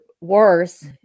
worse